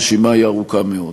הרשימה היא ארוכה מאוד.